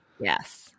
yes